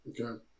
okay